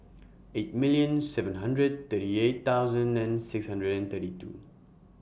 eight million seven hundred thirty eight thousand nine six hundred and thirty two